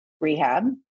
rehab